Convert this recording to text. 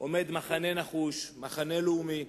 עומד מחנה נחוש, מחנה לאומי,